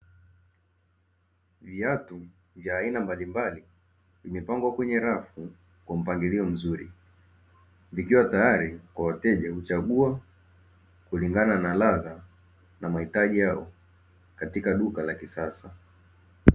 Viatu vya aina mbalimbali, vimepangwa kwenye rafu kwa mpangilio mzuri, vikiwa tayari kwa wateja kuchagua kulingana na ladha na mahitaji yao katika duka la kisasa.